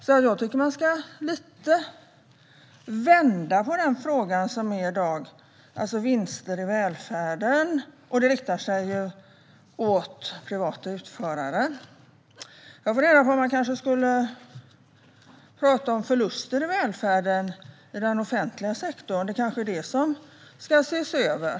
Så jag tycker att man ska vända lite på frågan om vinster i välfärden, som riktar sig till privata utförare. Jag funderar på om man kanske skulle tala om förluster i välfärden i den offentliga sektorn; det kanske är det som ska ses över.